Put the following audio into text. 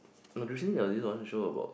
uh recently there was this one show about